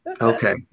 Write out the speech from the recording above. Okay